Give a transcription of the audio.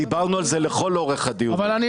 דיברנו על זה לכל אורך הדיונים.